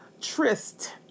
tryst